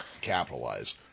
capitalize